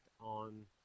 on